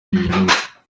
ibinyoma